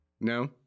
No